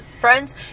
friends